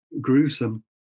gruesome